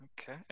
Okay